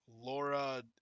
Laura